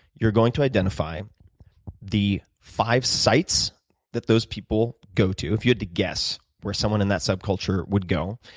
you're going to identify the five sites that those people go to, if you had to guess where someone in that subculture would go,